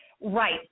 Right